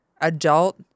adult